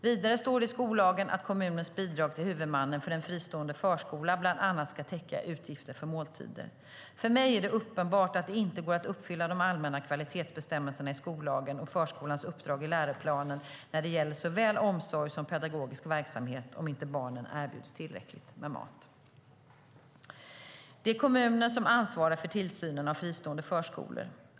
Vidare står det i skollagen att kommunens bidrag till huvudmannen för en fristående förskola bland annat ska täcka utgifter för måltider. För mig är det uppenbart att det inte går att uppfylla de allmänna kvalitetsbestämmelserna i skollagen och förskolans uppdrag i läroplanen när det gäller såväl omsorg som pedagogisk verksamhet om inte barnen erbjuds tillräckligt med mat. Det är kommunen som ansvarar för tillsynen av fristående förskolor.